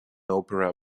opera